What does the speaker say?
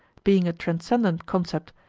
being a transcendent concept,